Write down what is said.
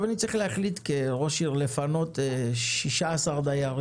אני צריך להחליט כראש עיר לפנות 16 משפחות,